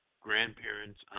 grandparents